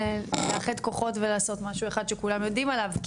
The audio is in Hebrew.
לאחד כוחות ולעשות משהו אחד שכולם יודעים עליו,